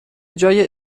جای